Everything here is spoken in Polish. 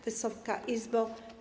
Wysoka Izbo!